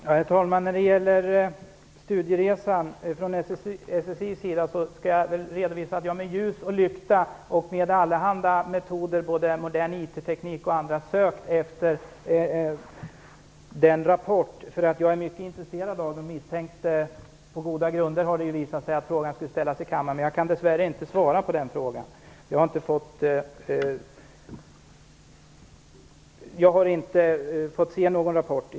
Herr talman! När det gäller SSI:s studieresa kan jag redovisa att jag med ljus och lykta och allehanda metoder - både modern informationsteknik och andra metoder - har sökt efter den rapporten. Jag är mycket intresserad av den och misstänkte, på goda grunder har det visat sig, att den frågan skulle ställas i kammaren. Jag kan dess värre inte svara på den frågan, för jag har inte fått se någon rapport.